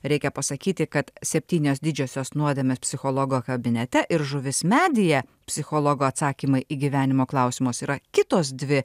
reikia pasakyti kad septynios didžiosios nuodėmės psichologo kabinete ir žuvis medyje psichologo atsakymai į gyvenimo klausimus yra kitos dvi